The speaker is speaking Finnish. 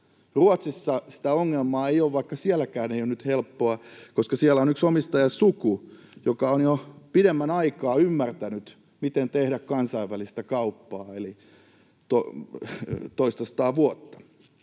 Ruotsissa sitä ongelmaa ei ole, vaikka sielläkään ei ole nyt helppoa, koska siellä on yksi omistajasuku, joka on jo pidemmän aikaa ymmärtänyt, miten tehdä kansainvälistä kauppaa, eli toistasataa vuotta,